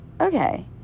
okay